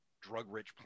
drug-rich